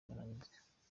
mananiza